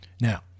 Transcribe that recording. Now